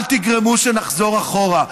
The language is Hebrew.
אל תגרמו שנחזור אחורה.